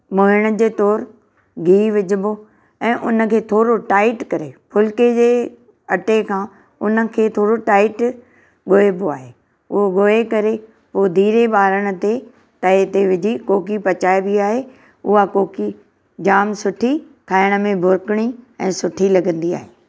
मोइण जे तुर गिहु विझिबो ऐं हुनखे थोरो टाइट करे फुल्के जे अटे खां हुनखे थोरो टाइट ॻोइबो आहे उहो ॻोहे करे पोइ धीरे ॿारण ते तए ते विझी कोकी पचाइबी आहे उहा कोकी जाम सुठी खाइण में भुरकणी ऐं सुठी लॻंदी आहे